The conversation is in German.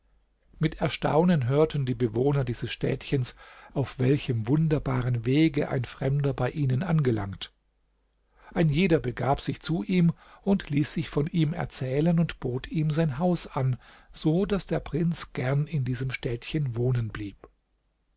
mit erstaunen hörten die bewohner dieses städtchens auf welchem wunderbaren wege ein fremder bei ihnen angelangt ein jeder begab sich zu ihm und ließ sich von ihm erzählen und bot ihm sein haus an so daß der prinz gern in diesem städtchen wohnen blieb